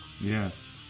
Yes